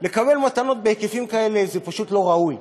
לקבל מתנות בהיקפים כאלה זה פשוט לא ראוי.